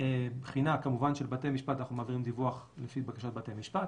בחינה כמובן של בתי משפט אנחנו מעבירים דיווח לפי בקשת בתי משפט,